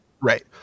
Right